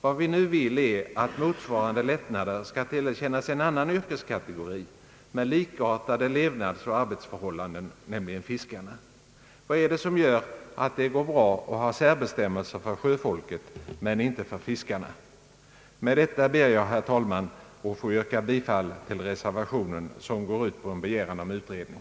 Vad vi nu vill är att motsvarande lättnader skall ges till en annan yrkeskategori med likartade levnadsoch arbetsförhållanden, nämligen fiskarna. Vad är det som gör att det går bra att ha särbestämmelser för sjöfolket men inte för fiskarna? Med det anförda ber jag, herr talman, att få yrka bifall till reservationen, som går ut på en begäran om utredning.